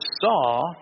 saw